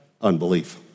Unbelief